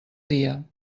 dia